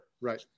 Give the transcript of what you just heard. right